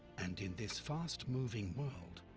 and in this fast-moving world,